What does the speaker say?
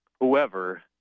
whoever